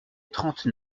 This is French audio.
trente